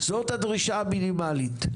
זאת הדרישה המינימלית.